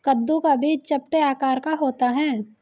कद्दू का बीज चपटे आकार का होता है